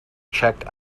checked